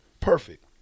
Perfect